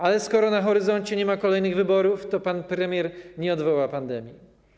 Ale skoro na horyzoncie nie ma kolejnych wyborów, to pan premier nie odwoła pandemii.